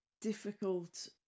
difficult